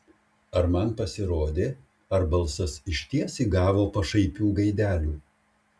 ar man pasirodė ar balsas išties įgavo pašaipių gaidelių